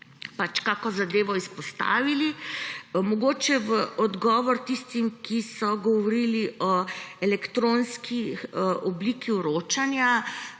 kakšno zadevo izpostavili. Mogoče v odgovor tistim, ki so govorili o elektronski obliki vročanja.